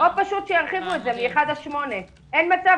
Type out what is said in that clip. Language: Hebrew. או שפשוט ירחיבו את זה מ-1 עד 8. אין מצב